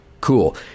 Cool